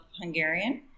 Hungarian